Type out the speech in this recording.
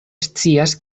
scias